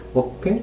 okay